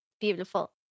beautiful